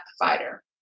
provider